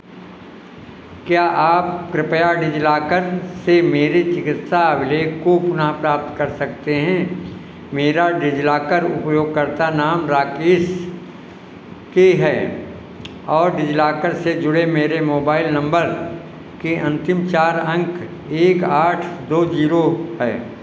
क्या आप कृपया डिजिलॉकर से मेरे चिकित्सा अभिलेख को पुनः प्राप्त कर सकते हैं मेरा डिजिलॉकर उपयोगकर्ता नाम राकेश के है और डिजिलॉकर से जुड़े मेरे मोबाइल नंबर के अंतिम चार अंक एक आठ दो जीरो है